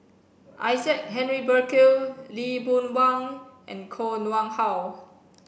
Isaac Henry Burkill Lee Boon Wang and Koh Nguang How